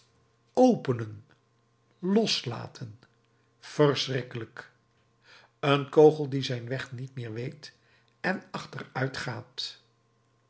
openen loslaten verschrikkelijk een kogel die zijn weg niet meer weet en